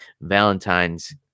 Valentine's